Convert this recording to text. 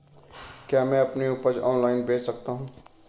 क्या मैं अपनी उपज ऑनलाइन बेच सकता हूँ?